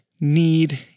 need